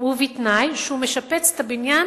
בתנאי שהוא משפץ את הבניין